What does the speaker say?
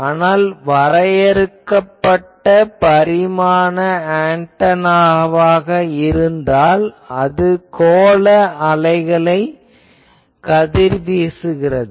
ஆனால் வரையறுக்கப்பட்ட பரிமாண ஆன்டெனாவாக இருந்தால் அது கோள அலைகளை கதிர்வீசுகிறது